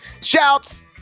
Shouts